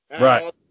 Right